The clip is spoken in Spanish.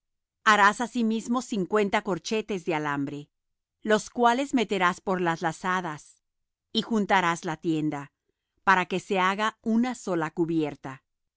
harás asimismo cincuenta corchetes de alambre los cuales meterás por las lazadas y juntarás la tienda para que se haga una sola cubierta